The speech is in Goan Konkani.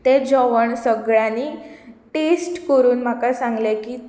तें जेवण सगल्यांनी टेस्ट करून म्हाका सांगलें की